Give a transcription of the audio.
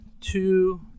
two